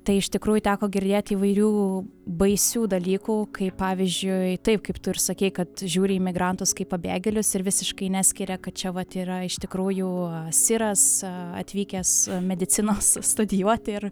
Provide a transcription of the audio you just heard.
tai iš tikrųjų teko girdėti įvairių baisių dalykų kaip pavyzdžiui taip kaip tu ir sakei kad žiūri į migrantus kaip pabėgėlius ir visiškai neskiria kad čia vat yra iš tikrųjų siras atvykęs medicinos studijuoti ir